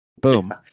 Boom